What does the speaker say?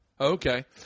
Okay